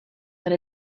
and